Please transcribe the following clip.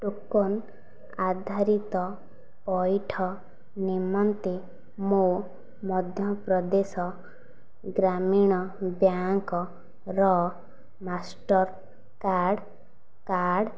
token ଆଧାରିତ ପଇଠ ନିମନ୍ତେ ମୋ ମଧ୍ୟପ୍ରଦେଶ ଗ୍ରାମୀଣ ବ୍ୟାଙ୍କ୍ର ମାଷ୍ଟର୍କାର୍ଡ଼୍ କାର୍ଡ଼୍